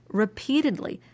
repeatedly